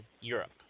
Europe